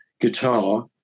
guitar